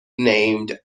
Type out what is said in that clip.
named